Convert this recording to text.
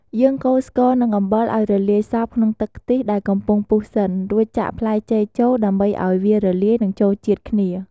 យើងកូរស្ករនិងអំបិលឱ្យរលាយសព្វក្នុងទឹកខ្ទិះដែលកំពុងពុះសិន រួចចាក់ផ្លែចេកចូល ដើម្បីឱ្យវារលាយនិងចូលជាតិគ្នា ។